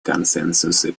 консенсусу